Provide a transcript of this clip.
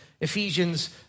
Ephesians